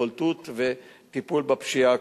בולטות וטיפול בפשיעה הקשה.